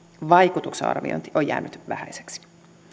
vaikutuksen arviointi on jäänyt vähäiseksi